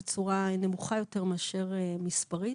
בצורה נמוכה יותר מאשר מספרית.